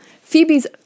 Phoebe's